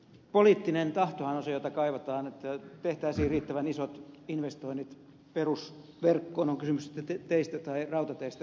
poliittinen tahtohan on se jota kaivataan että tehtäisiin riittävän isot investoinnit perusverkkoon on kysymys sitten teistä tai rautateistä